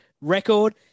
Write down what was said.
record